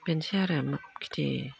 बेनोसै आरो खेथि